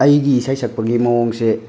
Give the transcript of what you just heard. ꯑꯩꯒꯤ ꯏꯁꯩ ꯁꯛꯄꯒꯤ ꯃꯑꯣꯡꯁꯦ